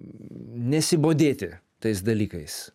nesibodėti tais dalykais